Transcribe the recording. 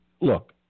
Look